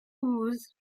ooze